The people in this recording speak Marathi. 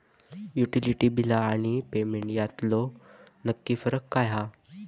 युटिलिटी बिला आणि पेमेंट यातलो नक्की फरक काय हा?